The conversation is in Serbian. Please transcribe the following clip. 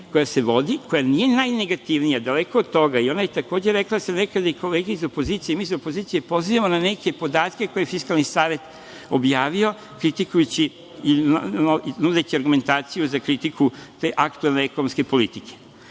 koja se vodi i koja nije najnegativnija, daleko od toga. Ona je takođe rekla da se nekad i kolege iz opozicije, mi se iz opozicije ponekad pozivamo na neke podatke koje Fiskalni savet objavio, kritikujući i nudeći argumentaciju za kritiku te aktuelne ekonomske politike. Dakle,